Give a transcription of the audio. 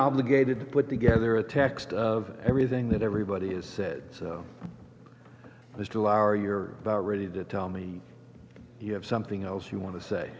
obligated to put together a text of everything that everybody has said so this two hour you're about ready to tell me you have something else you want to say